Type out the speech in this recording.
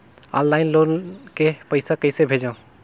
Online loan के पईसा कइसे भेजों?